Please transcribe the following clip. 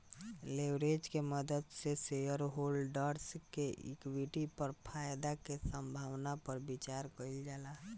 leverage के मदद से शेयरहोल्डर्स के इक्विटी पर फायदा के संभावना पर विचार कइल जाला